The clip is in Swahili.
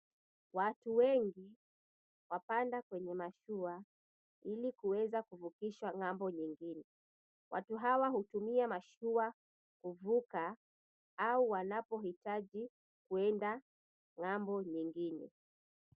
Watu wengi wamepanda kwenye mashua hili kuvukishwa upande mwingine. Watu hawa hutumia mashua kuvuka ama wanapohitaji kuvuka ng'ambo ingine.